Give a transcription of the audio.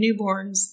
newborns